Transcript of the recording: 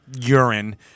urine